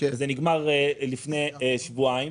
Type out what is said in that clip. וזה נגמר לפני שבועיים.